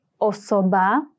osoba